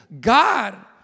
God